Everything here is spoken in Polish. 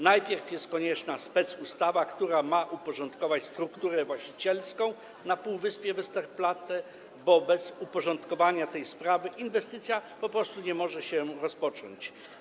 Najpierw konieczna jest specustawa, która ma uporządkować strukturę właścicielską na półwyspie Westerplatte, bo bez uporządkowania tej sprawy inwestycja po prostu nie może się rozpocząć.